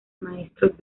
maestros